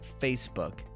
Facebook